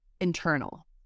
internal